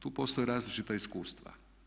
Tu postoje različita iskustva.